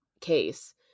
case